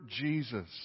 Jesus